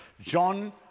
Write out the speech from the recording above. John